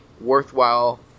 worthwhile